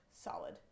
solid